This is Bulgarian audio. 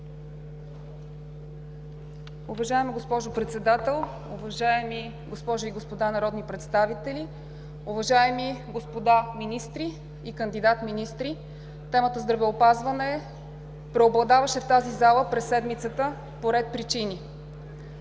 Уважаема госпожо Председател, уважаеми госпожи и господа народни представители, уважаеми господа министри и кандидат-министри! Темата „Здравеопазване“ преобладаваше в тази зала през седмицата по ред причини.